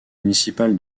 municipal